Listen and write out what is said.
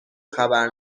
خبر